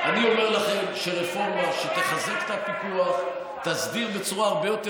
אני אומר לכם שרפורמה שתחזק את הפיקוח ותסדיר בצורה הרבה יותר